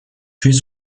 tués